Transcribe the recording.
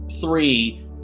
three